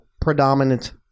predominant